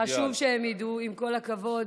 וחשוב שהם ידעו, עם כל הכבוד,